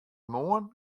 moarn